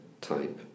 type